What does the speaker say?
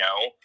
no